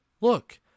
look